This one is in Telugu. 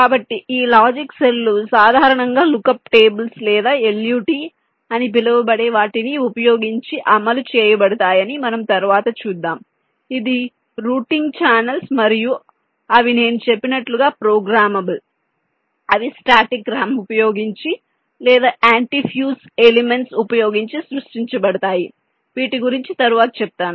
కాబట్టి ఈ లాజిక్ సెల్ లు సాధారణంగా లుక్అప్ టేబుల్స్ లేదా LUT అని పిలువబడే వాటిని ఉపయోగించి అమలు చేయబడుతాయని మనం తరువాత చూద్దాం ఇది రూటింగ్ ఛానెల్స్ మరియు అవి నేను చెప్పినట్లుగా ప్రోగ్రామబుల్ అవి స్టాటిక్ ర్యామ్ ఉపయోగించి లేదా యాంటీ ఫ్యూజ్ ఎలిమెంట్స్ ఉపయోగించి సృష్టించబడతాయి వీటి గురించి తరువాత చెప్తాను